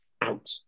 Out